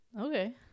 okay